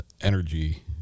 energy